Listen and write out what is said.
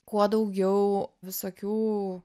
kuo daugiau visokių